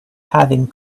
having